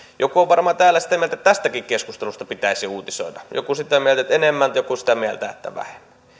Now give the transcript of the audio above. joku on varmaan täällä sitä mieltä että tästäkin keskustelusta pitäisi uutisoida joku sitä mieltä että enemmän joku sitä mieltä että